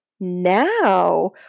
now